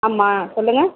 ஆமாம் சொல்லுங்க